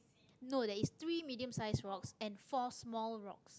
no there is three medium-sized rocks and four small rocks